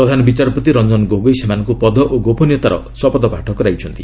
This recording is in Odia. ପ୍ରଧାନ ବିଚାରପତି ରଞ୍ଜନ ଗୋଗେଇ ସେମାନଙ୍କୁ ପଦ ଓ ଗୋପନୀୟତାର ଶପଥପାଠ କରାଇଛନ୍ତି